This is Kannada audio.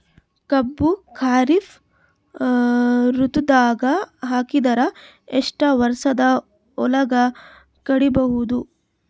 ಕಬ್ಬು ಖರೀಫ್ ಋತುದಾಗ ಹಾಕಿದರ ಎಷ್ಟ ವರ್ಷದ ಒಳಗ ಕಡಿಬಹುದು?